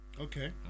Okay